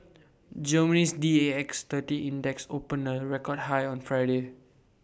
Germany's D A X thirty index opened A record high on Friday